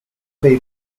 dei